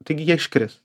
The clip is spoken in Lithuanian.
taigi jie iškris